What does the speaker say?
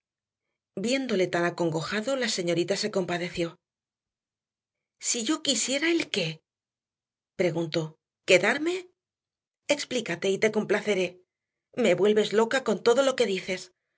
viéndole tan acongojado la señorita se compadeció si yo quisiera el qué preguntó quedarme explícate y te complaceré me vuelves loca con todo lo que dices